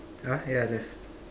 !huh! yeah left